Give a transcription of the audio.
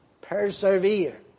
persevere